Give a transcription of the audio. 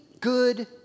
good